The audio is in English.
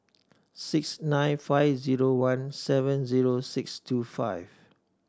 six nine five zero one seven zero six two five